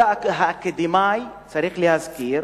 צריך להזכיר